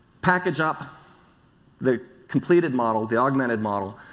package up the completed model, the augmented model,